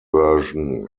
version